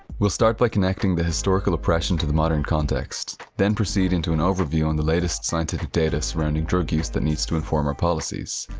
we'll start by connecting the historical oppression to the modern context, then proceed into an overview on the latest scientific data surrounding drug use that needs to inform our policies,